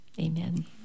Amen